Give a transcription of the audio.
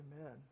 Amen